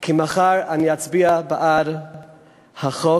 כי מחר אני אצביע בעד החוק